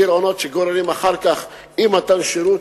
גירעונות שגוררים אחר כך אי-מתן שירות,